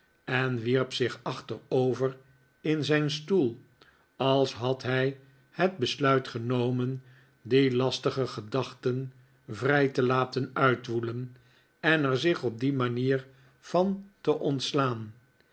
en wierp zich achterover in zijn stoel als had hij het besluit genomen die lastige gedachten vrij te laten uitwoelen en er zich op die manier van te ontslaan